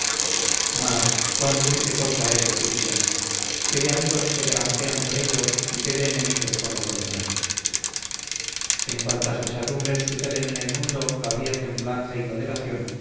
mas cuán dulce cosa es decir bien qué de amigos se granjean por ello y qué de enemigos por lo contrario en cuantas pesadumbres suceden en el mundo habría templanza y moderación